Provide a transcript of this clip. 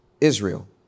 Israel